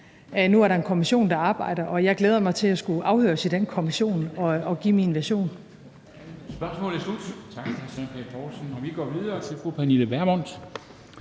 der arbejder, og jeg glæder mig til at skulle afhøres i den kommission og give min version.